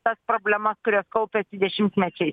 tas problemas kurios kaupiasi dešimtmečiai